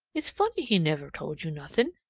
it's funny he never told you nothing,